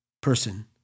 person